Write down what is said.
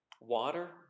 water